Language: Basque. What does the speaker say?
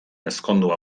ezkondu